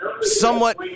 somewhat